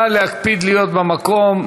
נא להקפיד להיות במקום.